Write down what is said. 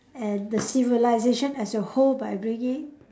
and the civilisation as a whole by bringing